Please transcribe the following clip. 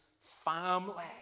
family